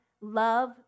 love